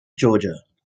georgia